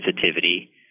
sensitivity